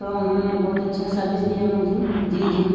تو انہوں نے بہت اچھا سروس دیا مجھے جی جی